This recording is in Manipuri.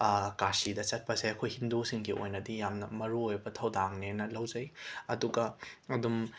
ꯀꯥꯁꯤꯗ ꯆꯠꯄꯁꯦ ꯑꯩꯈꯣꯏ ꯍꯤꯟꯗꯨꯁꯤꯡꯒꯤ ꯑꯣꯏꯅꯗꯤ ꯌꯥꯝꯅ ꯃꯔꯨ ꯑꯣꯏꯕ ꯊꯧꯗꯥꯡꯅꯦꯅ ꯂꯧꯖꯩ ꯑꯗꯨꯒ ꯑꯗꯨꯝ